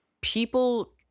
people